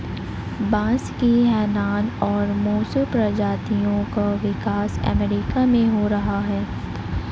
बांस की हैनान और मोसो प्रजातियों का विकास अमेरिका में हो रहा है